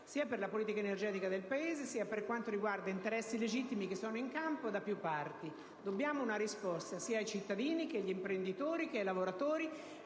sia per la politica energetica del Paese sia per quanto riguarda legittimi interessi che sono in campo da più parti. Dobbiamo una risposta a cittadini, imprenditori e lavoratori,